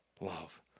Love